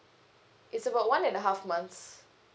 it's about one and a half months